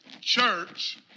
church